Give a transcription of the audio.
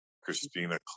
Christina